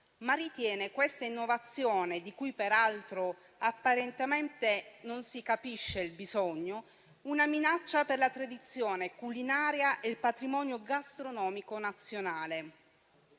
ma ritiene questa innovazione, di cui peraltro apparentemente non si capisce il bisogno, una minaccia per la tradizione culinaria e il patrimonio gastronomico nazionale.